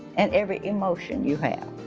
and every emotion you have.